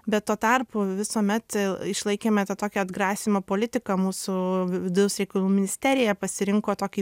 bet tuo tarpu visuomet išlaikėme tą tokią atgrasymo politiką mūsų vidaus reikalų ministerija pasirinko tokį